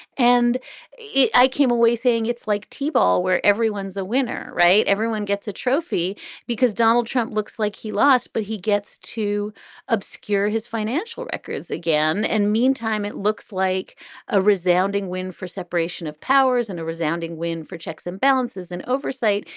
and i came away saying it's like tibble, where everyone's a winner, right? everyone gets a trophy because donald trump looks like he lost. but he gets to obscure his financial records again. and meantime, it looks like a resounding win for separation of powers and a resounding win for checks and balances and oversight.